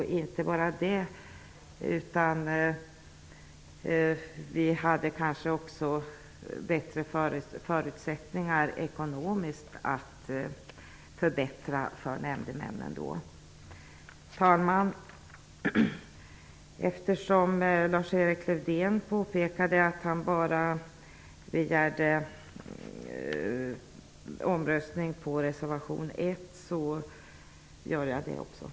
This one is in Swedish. Kanske hade vi då också bättre förutsättningar ekonomiskt att förbättra situationen för nämndemännen. Herr talman! Eftersom Lars-Erik Lövdén påpekade att han bara begärde omröstning i fråga om reservation 1 nöjer också jag mig med det.